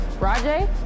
Rajay